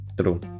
true